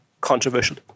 controversial